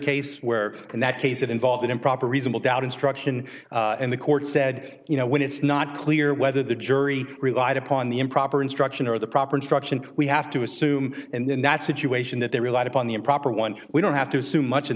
case where in that case it involved an improper reasonable doubt instruction and the court said you know when it's not clear whether the jury relied upon the improper instruction or the proper instruction we have to assume in that situation that they relied upon the improper one we don't have to assume much in